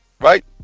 right